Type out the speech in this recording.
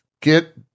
get